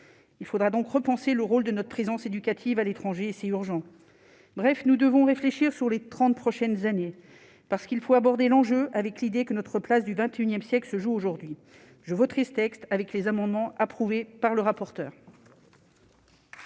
Il faudra donc repenser le rôle de notre présence éducative à l'étranger, c'est urgent, bref, nous devons réfléchir sur les 30 prochaines années, parce qu'il faut aborder l'enjeu avec l'idée que notre place du XXIe siècle se joue aujourd'hui je tristesse avec les amendements approuvés par le rapporteur.